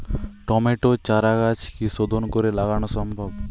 টমেটোর চারাগাছ কি শোধন করে লাগানো সম্ভব?